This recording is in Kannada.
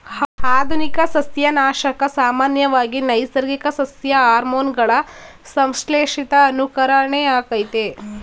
ಆಧುನಿಕ ಸಸ್ಯನಾಶಕ ಸಾಮಾನ್ಯವಾಗಿ ನೈಸರ್ಗಿಕ ಸಸ್ಯ ಹಾರ್ಮೋನುಗಳ ಸಂಶ್ಲೇಷಿತ ಅನುಕರಣೆಯಾಗಯ್ತೆ